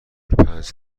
پنج